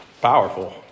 powerful